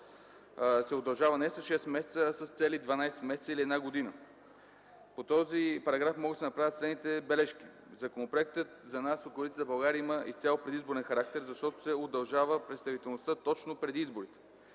се удължава не със шест месеца, а с цели дванадесет месеца, или една година. По този параграф могат да се направят следните бележки. Законопроектът за нас от Коалиция за България има изцяло предизборен характер, защото се удължава представителността точно преди изборите.